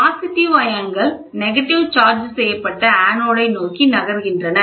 positive அயனிகள் negative charge செய்யப்பட்ட anode ஐ நோக்கி நகர்கின்றன